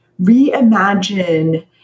reimagine